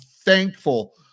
thankful